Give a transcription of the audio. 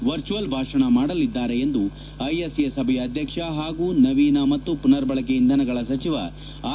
virtual ಭಾಷಣ ಮಾಡಲಿದ್ದಾರೆ ಎಂದು ಐಎಸ್ಎ ಸಭೆಯ ಅಧ್ಯಕ್ಷ ಹಾಗೂ ನವೀನ ಹಾಗೂ ಮನರ್ಬಳಕೆ ಇಂಧನಗಳ ಸಚಿವ ಆರ್